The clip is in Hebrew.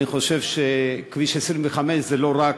אני חושב שכביש 25 זה לא רק,